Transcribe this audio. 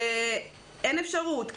אין אפשרות.